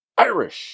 Irish